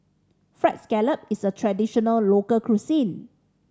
Fried Scallop is a traditional local cuisine